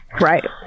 Right